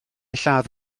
lladd